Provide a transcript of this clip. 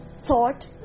thought